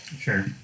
Sure